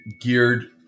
geared